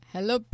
Hello